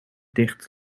dicht